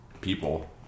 people